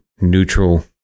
neutral